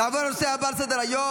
נעבור לנושא הבא על סדר-היום,